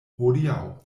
hodiaŭ